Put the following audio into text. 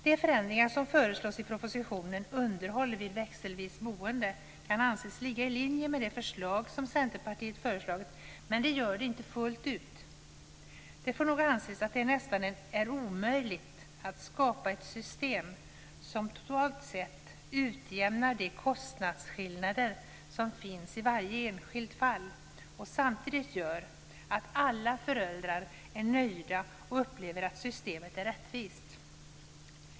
De förändringar som föreslås i propositionen om underhåll vid växelvis boende kan anses ligga i linje med det förslag som Centerpartiet lagt fram, men de gör det inte fullt ut. Det får nog anses att det nästan är omöjligt att skapa ett system som totalt sett utjämnar de kostnadsskillnader som finns i varje enskilt fall och samtidigt gör att alla föräldrar är nöjda och upplever att systemet är rättvist.